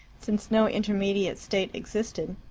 since no intermediate state existed.